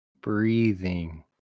breathing